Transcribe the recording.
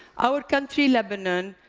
our country, lebanon,